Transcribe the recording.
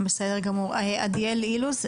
עדיאל אילוז?